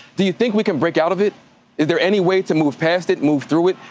do you think we can break out of it? is there any way to move past it, move through it,